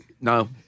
No